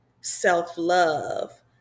self-love